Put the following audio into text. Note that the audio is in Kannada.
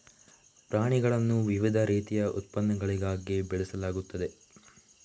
ಪ್ರಾಣಿಗಳನ್ನು ವಿವಿಧ ರೀತಿಯ ಉತ್ಪನ್ನಗಳಿಗಾಗಿ ಬೆಳೆಸಲಾಗುತ್ತದೆ